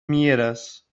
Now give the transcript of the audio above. mieres